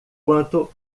quanto